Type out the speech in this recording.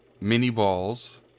mini-balls